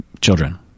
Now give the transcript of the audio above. children